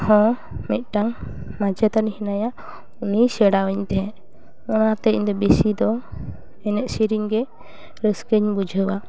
ᱦᱚᱸ ᱢᱤᱫᱴᱟᱝ ᱢᱟᱪᱮᱛᱟᱹᱱᱤ ᱦᱮᱱᱟᱭᱟ ᱩᱱᱤᱭ ᱥᱮᱬᱟᱣᱟᱹᱧ ᱛᱟᱦᱮᱱ ᱚᱱᱟ ᱛᱮ ᱤᱧ ᱫᱚ ᱵᱤᱥᱤ ᱫᱚ ᱮᱱᱮᱡ ᱥᱮᱨᱮᱧ ᱜᱮ ᱨᱟᱹᱥᱠᱟᱹᱧ ᱵᱩᱡᱷᱟᱹᱣᱟ